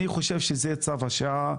אני חושב שזה צו השעה,